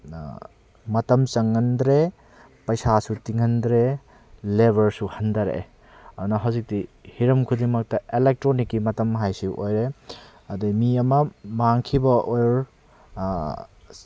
ꯃꯇꯝ ꯆꯪꯍꯟꯗ꯭ꯔꯦ ꯄꯩꯁꯥꯁꯨ ꯇꯤꯡꯍꯟꯗ꯭ꯔꯦ ꯂꯦꯕꯔꯁꯨ ꯍꯟꯗꯔꯛꯑꯦ ꯑꯗꯨꯅ ꯍꯧꯖꯤꯛꯇꯤ ꯍꯤꯔꯝ ꯈꯨꯗꯤꯡꯃꯛꯇ ꯏꯂꯦꯛꯇ꯭ꯔꯣꯅꯤꯛꯀꯤ ꯃꯇꯝ ꯍꯥꯏꯁꯤ ꯑꯣꯏꯔꯦ ꯑꯗꯩ ꯃꯤ ꯑꯃ ꯃꯥꯡꯈꯤꯕ ꯑꯣꯔ